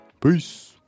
Peace